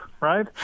right